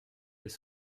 dès